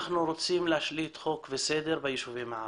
אנחנו רוצים להשליט חוק וסדר ביישובים הערבים,